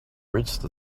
reached